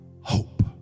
hope